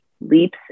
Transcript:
leaps